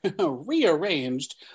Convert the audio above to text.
rearranged